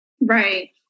Right